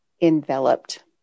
enveloped